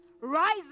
rise